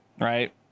right